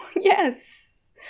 yes